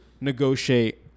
negotiate